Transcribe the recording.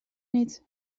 niet